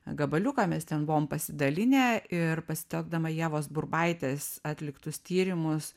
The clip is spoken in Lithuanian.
gabaliuką mes ten buvom pasidalinę ir pasitelkdama ievos burbaitės atliktus tyrimus